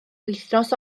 wythnos